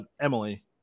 emily